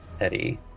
Eddie